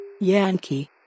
Yankee